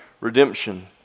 redemption